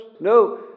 No